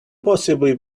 possibly